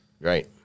Right